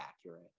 accurate